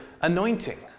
anointing